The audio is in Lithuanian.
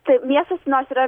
tai miestas nors yra